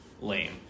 lame